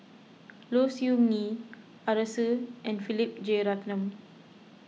Low Siew Nghee Arasu and Philip Jeyaretnam